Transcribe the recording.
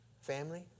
Family